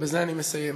ובזה אני מסיים,